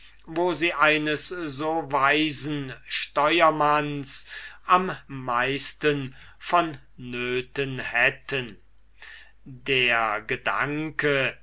wo sie eines so weisen piloten am meisten vonnöten hätten der gedanke